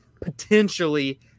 potentially